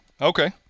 Okay